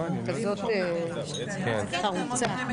הצעת חוק